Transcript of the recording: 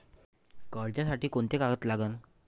कर्जसाठी कोंते कागद लागन?